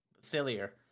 sillier